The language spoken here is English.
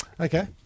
Okay